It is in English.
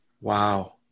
Wow